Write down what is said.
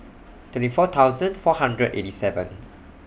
twenty four thousand four hundred eighty seven